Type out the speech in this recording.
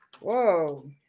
Whoa